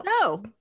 No